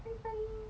bye bye